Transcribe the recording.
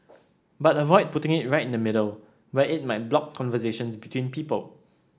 but avoid putting it right in the middle where it might block conversations between people